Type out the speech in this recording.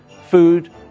food